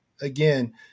again